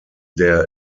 der